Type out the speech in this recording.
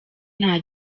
nta